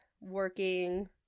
working